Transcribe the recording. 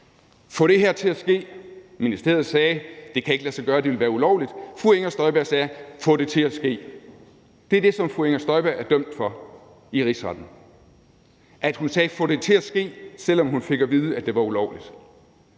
Få det her til at ske. Ministeriet sagde: Det kan ikke lade sig gøre, det vil være ulovligt. Fru Inger Støjberg sagde: Få det til at ske. Det er det, som fru Inger Støjberg er dømt for i Rigsretten, nemlig at hun, selv om hun fik at vide, at det var ulovligt,